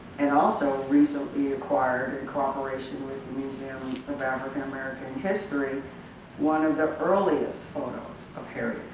and also recently acquired in cooperation with the museum of african american history one of the earliest photos of harriet